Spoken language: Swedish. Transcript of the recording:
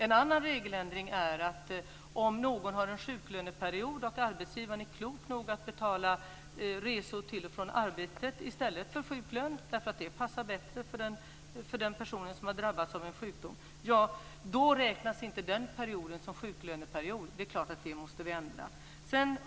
Ett annat fall är att om någon har en sjuklöneperiod och arbetsgivaren är klok nog att betala resor till och från arbetet i stället för sjuklön, därför att det passar bättre för den person som drabbats av sjukdom, räknas inte den perioden som sjuklöneperiod. Det måste vi naturligtvis ändra.